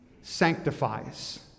sanctifies